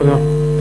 תודה.